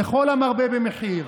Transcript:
לכל המרבה במחיר,